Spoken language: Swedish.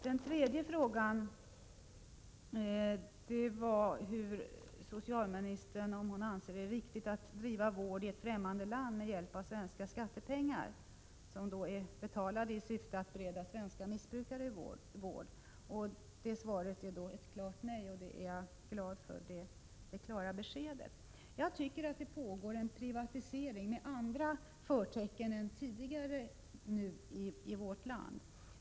Den tredje frågan gällde om socialministern anser det riktigt att man bedriver vård i ett fftämmande land med hjälp av svenska skattepengar, som ju har betalats in i syfte att bereda svenska missbrukare vård. Det svar jag har fått är ett klart nej, och jag är glad för det beskedet. Det pågår en privatisering i vårt land med andra förtecken än tidigare.